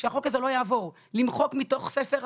זה לא יבוא אחד על חשבון השני.